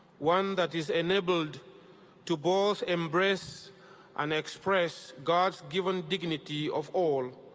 one that is enabled to both embrace and express god's given dignity of all,